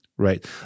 Right